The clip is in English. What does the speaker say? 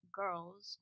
girls